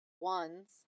ones